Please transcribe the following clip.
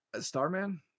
Starman